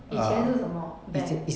以前是什么 bank